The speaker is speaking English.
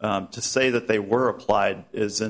to say that they were applied is